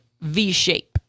V-shape